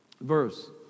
verse